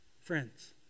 Friends